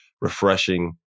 refreshing